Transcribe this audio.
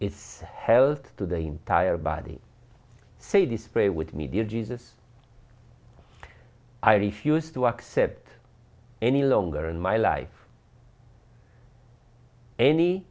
is held to the entire body say display with media jesus i refuse to accept any longer in my life any